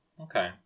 okay